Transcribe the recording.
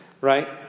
right